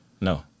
No